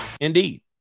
Indeed